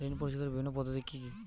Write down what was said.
ঋণ পরিশোধের বিভিন্ন পদ্ধতি কি কি?